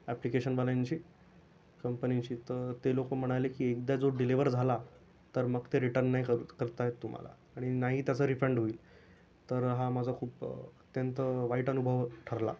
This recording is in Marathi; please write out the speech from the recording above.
ॲप्लिकेशनवाल्यांशी कंपनीशी तर ते लोकं म्हणाले की एकदा जो डिलीवर झाला तर मग ते रिटर्न नाही कर करता येत तुम्हाला आणि नाही त्याचं रिफंड होईल तर हा माझा खूप अत्यंत वाईट अनुभव ठरला